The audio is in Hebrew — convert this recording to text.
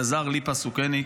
אלעזר ליפא סוקניק,